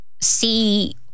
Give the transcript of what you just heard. see